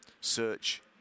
search